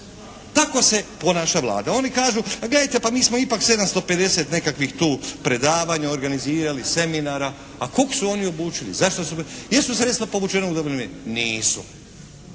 Tako se ponaša Vlada. Oni kažu a gledajte mi smo ipak 750 nekakvih tu predavanja organizirali, seminara. A koga su oni obučili? Zašto su, jesu sredstva povučena u … /Govornik se